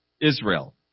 Israel